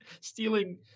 stealing